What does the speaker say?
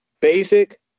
basic